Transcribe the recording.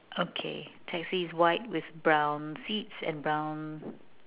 okay taxi is white with brown seats and brown